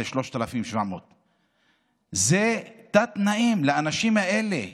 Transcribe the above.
3,700. זה תת-תנאים לאנשים האלה שסובלים,